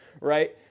right